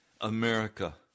America